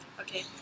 okay